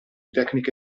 tecniche